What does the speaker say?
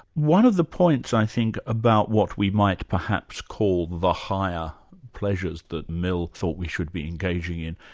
one of the points i think about what we might perhaps call the higher pleasures that mill thought we should be engaging in,